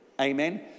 Amen